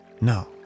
No